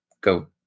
go